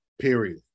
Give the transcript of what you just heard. Period